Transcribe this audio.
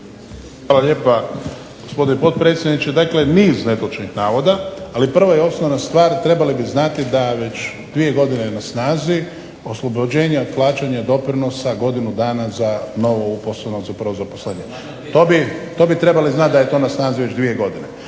Hvala lijepa gospodine potpredsjedniče. Dakle, niz netočnih navoda, ali prva i osnovna stvar trebali bi znati da je već dvije godine na snazi oslobođenja od plaćanja doprinosa godinu dana za novouposlenog za prvo zaposlenje. To bi trebali znati da je na snazi već dvije godine.